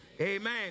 Amen